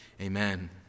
Amen